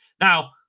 Now